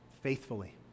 Faithfully